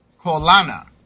Colana